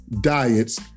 diets